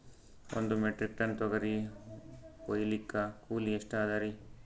ಒಂದ್ metric ton ತೊಗರಿ ಹೋಯಿಲಿಕ್ಕ ಕೂಲಿ ಎಷ್ಟ ಅದರೀ?